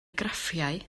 graffiau